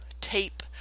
tape